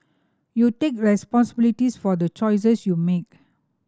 you take responsibilities for the choices should make